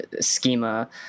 schema